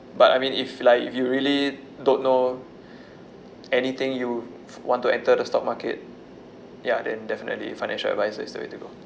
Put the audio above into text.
but I mean if like if you really don't know anything you want to enter the stock market ya then definitely financial advisor is the way to go